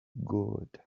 good